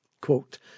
quote